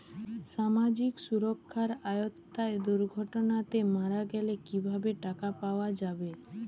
সামাজিক সুরক্ষার আওতায় দুর্ঘটনাতে মারা গেলে কিভাবে টাকা পাওয়া যাবে?